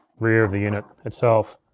rear of the unit itself.